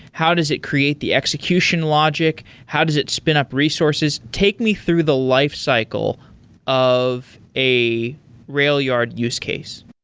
how does it create the execution logic? how does it spin up resources? take me through the lifecycle of a railyard use case.